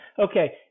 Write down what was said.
Okay